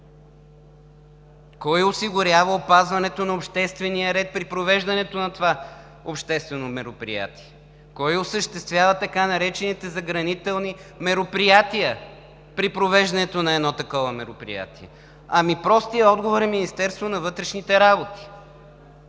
кой осигурява опазването на обществения ред при провеждането на това обществено мероприятие? Кой осъществява така наречените заградителни мероприятия при провеждането на едно такова мероприятие? Простият отговор е Министерството на вътрешните работи,